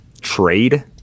trade